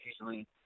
usually